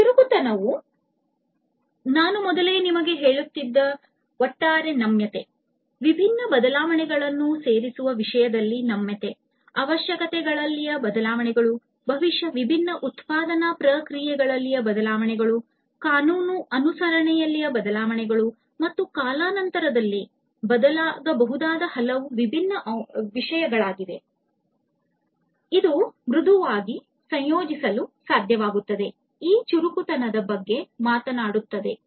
ಚುರುಕುತನವು ನಾನು ಮೊದಲೇ ನಿಮಗೆ ಹೇಳುತ್ತಿದ್ದ ಹಾಗೆ ಒಟ್ಟಾರೆ ನಮ್ಯತೆ ವಿಭಿನ್ನ ಬದಲಾವಣೆಗಳನ್ನು ಸೇರಿಸುವ ವಿಷಯದಲ್ಲಿ ನಮ್ಯತೆ ಅವಶ್ಯಕತೆಗಳಲ್ಲಿನ ಬದಲಾವಣೆಗಳು ಬಹುಶಃ ವಿಭಿನ್ನ ಉತ್ಪಾದನಾ ಪ್ರಕ್ರಿಯೆಗಳಲ್ಲಿನ ಬದಲಾವಣೆಗಳು ಕಾನೂನು ಅನುಸರಣೆಯಲ್ಲಿನ ಬದಲಾವಣೆಗಳು ಮತ್ತು ಕಾಲಾನಂತರದಲ್ಲಿ ಬದಲಾಗಬಹುದಾದ ಹಲವು ವಿಭಿನ್ನ ವಿಷಯಗಳಿವೆ ಇದು ಮೃದುವಾಗಿ ಸಂಯೋಜಿಸಲು ಸಾಧ್ಯವಾಗುತ್ತದೆ ಈ ಚುರುಕುತನದ ಬಗ್ಗೆ ಮಾತನಾಡುತ್ತದೆ